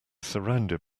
surrounded